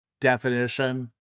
definition